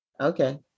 Okay